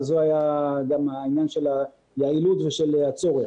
היה גם העניין של היעילות ושל הצורך.